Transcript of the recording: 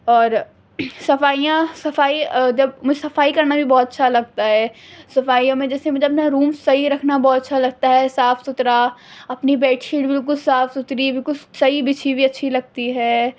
اور صفائیاں صفائی جب مجھے صفائی کرنا بھی بہت اچھا لگتا ہے صفائیوں میں جیسے مجھے اپنا روم صحیح رکھنا بہت اچھا لگتا ہے صاف ستھرا اپنی بیڈ شیٹ بالکل صاف ستھری بالکل صحیح بچھی ہوئی اچھی لگتی ہے